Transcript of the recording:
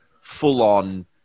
full-on